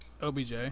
OBJ